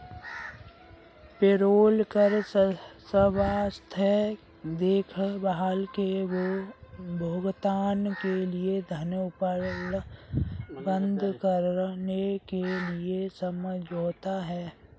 payroll कर स्वास्थ्य देखभाल के भुगतान के लिए धन उपलब्ध कराने के लिए समझौता है